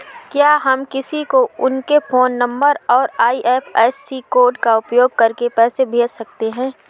क्या हम किसी को उनके फोन नंबर और आई.एफ.एस.सी कोड का उपयोग करके पैसे कैसे भेज सकते हैं?